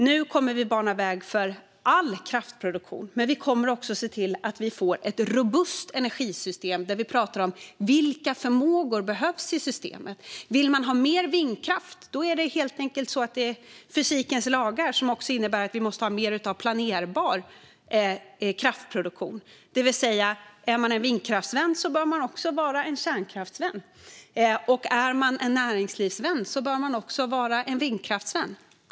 Nu kommer vi att bana väg för all kraftproduktion. Vi kommer också att se till att vi får ett robust energisystem där vi pratar om vilka förmågor som behövs i systemet. Vill man ha mer vindkraft? Då handlar det helt enkelt om fysikens lagar. Det innebär att vi då också måste ha mer av planerbar kraftproduktion. Är man en vindkraftsvän bör man alltså också vara en kärnkraftsvän. Och är man en näringslivsvän bör man också vara en vindkraftsvän.